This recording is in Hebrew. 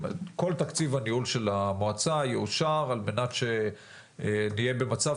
כל תקציב הניהול של המועצה יאושר על מנת שנהיה במצב